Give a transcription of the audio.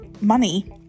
money